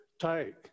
take